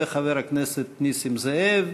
וחבר הכנסת נסים זאב,